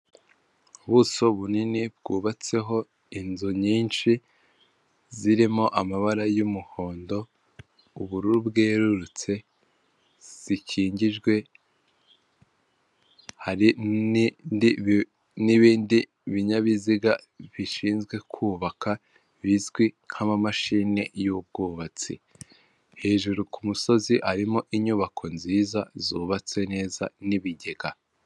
Ubuso bunini bwubatseho inzu nyinshi zirimo amabara y'umuhondo, ubururu bwerurutse zikingijwe, hari n'ibindi binyabiziga bishinzwe kubaka bizwi nk'amamashini y'ubwubatsi hejuru ku musozi harimo inyubako nziza zubatse neza n'ibigega.